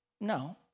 No